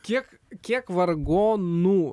kiek kiek vargonų